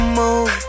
move